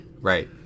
right